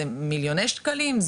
זה מיליוני שקלים?